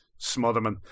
Smotherman